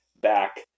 back